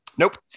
Nope